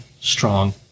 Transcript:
strong